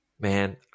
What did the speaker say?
Man